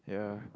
yeah